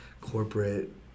corporate